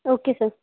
okay sir